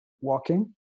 Walking